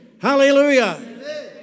Hallelujah